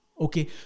Okay